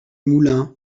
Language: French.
moulin